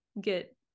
get